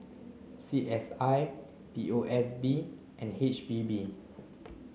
C S I P O S B and H P B